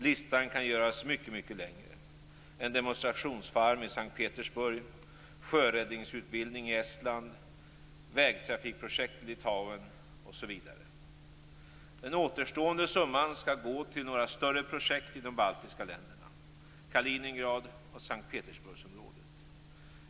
Listan kan göras mycket längre: En demonstrationsfarm i S:t Petersburg, sjöräddningsutbildning i Den återstående summan skall gå till några större projekt i de baltiska länderna, Kaliningrad och S:t Petersburgsområdet.